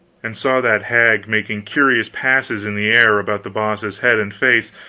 and saw that hag making curious passes in the air about the boss's head and face,